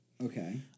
Okay